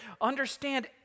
Understand